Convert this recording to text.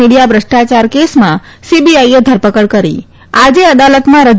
media ભ્રષ્ટાયાર કેસમાં સીબીઆઈએ ધરપકડ કરી આજે અદાલતમાં રજુ કરાશે